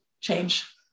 change